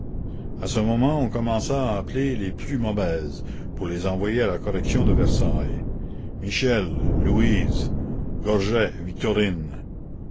a ce moment on commença à appeler les plus mauvaises pour les envoyer à la correction de versailles michel louise gorget victorine